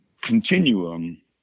continuum